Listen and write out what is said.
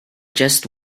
just